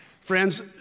Friends